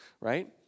right